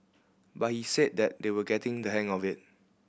but he said that they will getting the hang of it